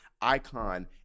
icon